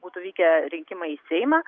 būtų vykę rinkimai į seimą